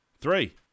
Three